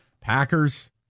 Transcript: Packers